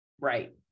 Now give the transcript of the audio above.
right